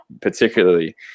particularly